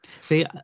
See